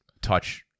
touch